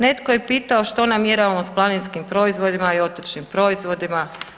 Netko je pitao što namjeravamo s planinskim proizvodima i otočnim proizvodima?